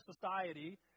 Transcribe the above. society